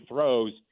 throws